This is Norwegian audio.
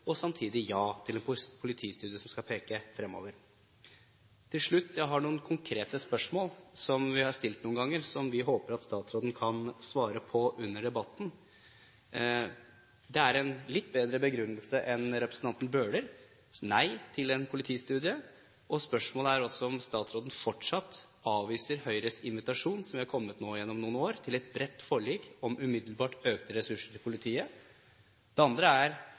og samtidig sier ja til en politistudie som skal peke fremover. Til slutt har jeg noen konkrete spørsmål som vi har stilt noen ganger, og som vi håper at statsråden kan svare på i løpet av debatten, med en litt bedre begrunnelse enn representanten Bøhlers nei til en politistudie. Spørsmålet er om statsråden fortsatt avviser Høyres invitasjon, som har kommet gjennom noen år, til et bredt forlik om umiddelbart økte ressurser til politiet. Det andre er: